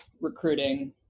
recruiting